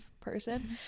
person